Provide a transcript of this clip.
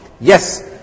Yes